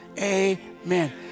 amen